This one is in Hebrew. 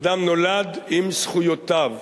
אדם נולד עם זכויותיו,